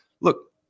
look